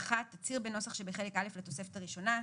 תצהיר שבנוסח שבחלק א' לתוספת הראשונה,